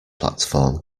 platform